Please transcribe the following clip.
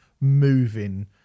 moving